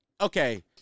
okay